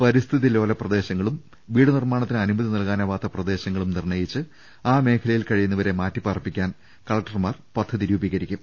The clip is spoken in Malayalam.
പരിസ്ഥിതിലോല പ്രദേ ശങ്ങളും വീട് നിർമാണത്തിന് അനുമതി നൽകാനാവാത്ത പ്രദേശ ങ്ങളും നിർണയിച്ച് ആ മേഖലയിൽ കഴിയുന്നവരെ മാറ്റി പാർപ്പി ക്കാൻ കലക്ടർമാർ പദ്ധതി രൂപീകരിക്കും